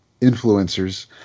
influencers